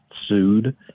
sued